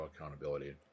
accountability